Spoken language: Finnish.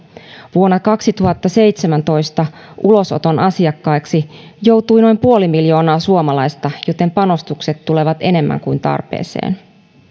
vuonna kaksituhattaseitsemäntoista ulosoton asiakkaiksi joutui noin puoli miljoonaa suomalaista joten panostukset tulevat enemmän kuin tarpeeseen